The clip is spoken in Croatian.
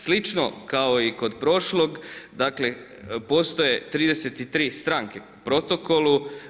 Slično kao i kod prošlog dakle, postoje 33 stranke u Protokolu.